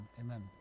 amen